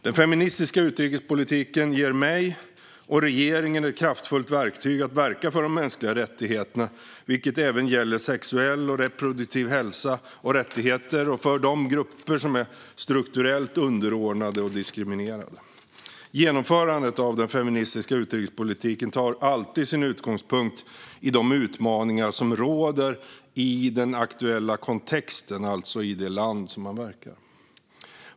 Den feministiska utrikespolitiken ger mig och regeringen ett kraftfullt verktyg att verka för de mänskliga rättigheterna, vilket även gäller sexuell och reproduktiv hälsa och rättigheter, och för de grupper som är strukturellt underordnade och diskriminerade. Genomförandet av den feministiska utrikespolitiken tar alltid sin utgångspunkt i de utmaningar som råder i den aktuella kontexten, alltså i det land som man verkar.